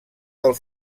del